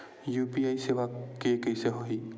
UPI सेवा के कइसे होही?